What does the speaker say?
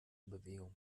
bewegung